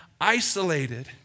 isolated